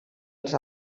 els